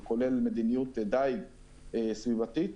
וכולל מדיניות דייג סביבתית,